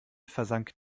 versank